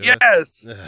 Yes